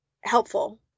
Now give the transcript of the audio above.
Helpful